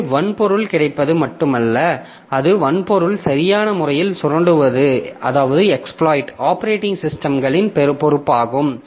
இது வன்பொருள் கிடைப்பது மட்டுமல்ல அந்த வன்பொருளை சரியான முறையில் சுரண்டுவது ஆப்பரேட்டிங் சிஸ்டம்களின் பொறுப்பாகும்